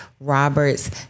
Robert's